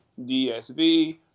DSV